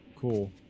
Cool